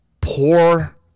poor